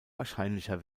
wahrscheinlicher